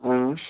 اہن حظ